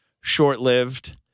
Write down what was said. short-lived